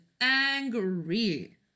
angry